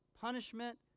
punishment